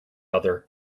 other